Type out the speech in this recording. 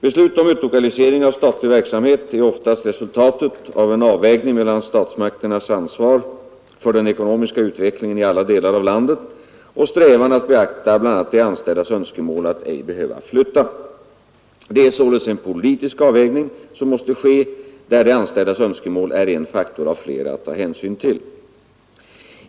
Beslut om utlokalisering av statlig verksamhet är oftast resultatet av en avvägning mellan statsmakternas ansvar för den ekonomiska utvecklingen i alla delar av landet och strävan att beakta bl.a. de anställdas önskemål att ej behöva flytta. Det är således en politisk avvägning som måste ske, där de anställdas önskemål är en faktor av flera att ta hänsyn till.